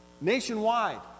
nationwide